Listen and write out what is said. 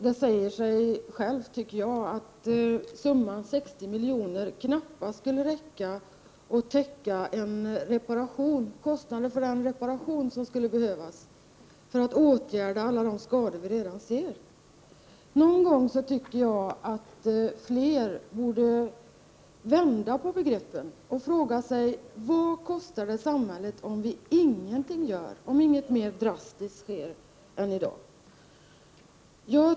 Det säger sig nästan självt att summan 60 miljoner knappast kan räcka för att täcka kostnaderna för den reparation som skulle behövas för att åtgärda alla de skador vi redan nu ser. Jag tycker att fler någon gång borde vända på begreppen och fråga sig vad det kostar samhället om vi ingenting gör, om inget mer drastiskt sker.